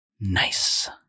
Nice